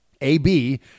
ab